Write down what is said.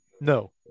No